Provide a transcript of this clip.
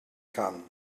kann